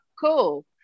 Cool